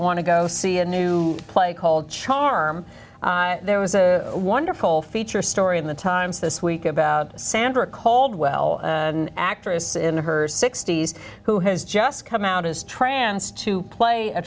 want to go see a new play called charm there was a wonderful feature story in the times this week about sandra caldwell actress in her sixty's who has just come out as trans to play a